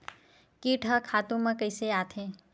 कीट ह खातु म कइसे आथे?